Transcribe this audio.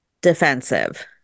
defensive